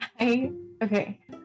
Okay